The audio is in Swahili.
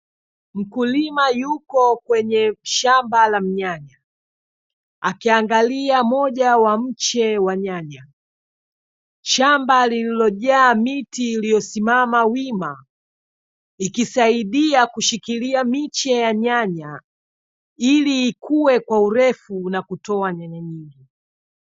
Mkulima yuko kwenye shamba la mnyanya akiangalia moja wa mche wa nyanya, shamba lililojaa miti iliyosimama wima ikisaidia kushikilia miche ya nyanya, ili ikue kwa urefu na kutoa nyanya nyingi.